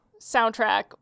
soundtrack